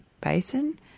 Basin